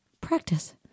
practice